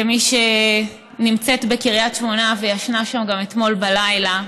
כמי שנמצאת בקריית שמונה וישנה שם גם אתמול בלילה,